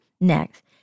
next